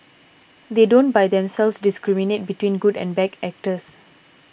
they don't by themselves discriminate between good and bad actors